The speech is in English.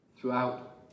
throughout